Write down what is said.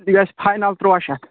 یہِ گٔژھِ فاینَل تُرٛواہ شیٚتھ